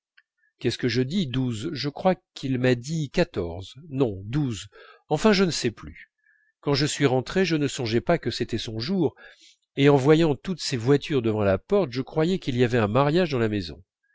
qu'est-ce que je dis douze je crois qu'il m'a dit quatorze non douze enfin je ne sais plus quand je suis rentré je ne songeais pas que c'était son jour et en voyant toutes ces voitures devant la porte je croyais qu'il y avait un mariage dans la maison